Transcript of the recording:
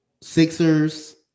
Sixers